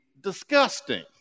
disgusting